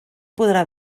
podrà